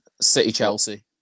City-Chelsea